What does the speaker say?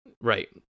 Right